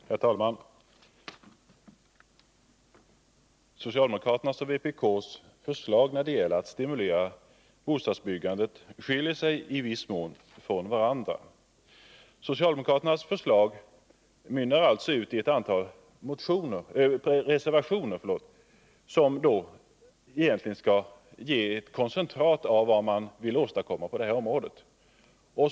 Herr talman! Socialdemokraternas och vpk:s förslag när det gäller att stimulera bostadsbyggandet skiljer sig i viss mån från varandra. Socialdemokraternas förslag mynnar alltså ut i ett antal reservationer, som egentligen skall ge ett koncentrat av vad man vill åstadkomma på detta område.